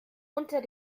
unter